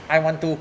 I one two